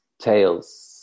tales